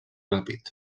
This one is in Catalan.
ràpid